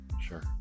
Sure